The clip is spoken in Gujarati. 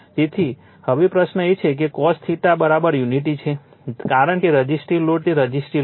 તેથી હવે પ્રશ્ન એ છે કે cos યુનિટી છે કારણ કે રઝિસ્ટીવ લોડ તે રઝિસ્ટીવ લોડ છે